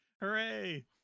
hooray